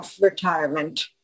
retirement